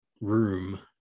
room